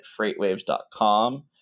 freightwaves.com